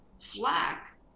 flack